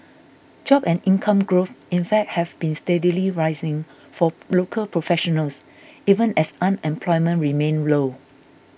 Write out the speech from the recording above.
job and income growth in fact have been steadily rising for local professionals even as unemployment remained low